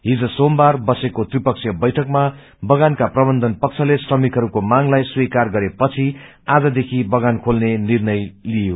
हिज सोमबार बसेको बैठकमा बगानका प्रबन्धन पक्षले श्रमिकहरूको मांगलाई स्वीकार गरेपछि आजदेखि बगान खेल्ने निर्णय लिए